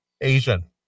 Asian